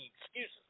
excuses